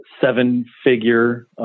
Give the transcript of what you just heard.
seven-figure